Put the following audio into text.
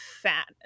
fat